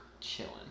chilling